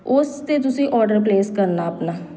ਉਸ 'ਤੇ ਤੁਸੀਂ ਔਡਰ ਪਲੇਸ ਕਰਨਾ ਆਪਣਾ